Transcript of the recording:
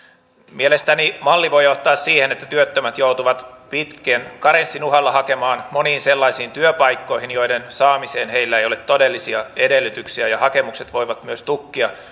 mielestäni malli voi johtaa siihen että työttömät joutuvat pitkän karenssin uhalla hakemaan moniin sellaisiin työpaikkoihin joiden saamiseen heillä ei ole todellisia edellytyksiä ja hakemukset voivat myös tukkia